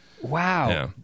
Wow